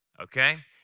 okay